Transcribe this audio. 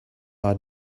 are